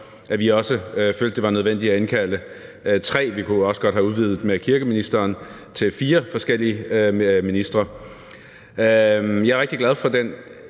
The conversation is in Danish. at vi også følte, det var nødvendigt at indkalde tre ministre, men vi kunne også godt have udvidet med kirkeministeren til fire forskellige ministre. Jeg er rigtig glad for den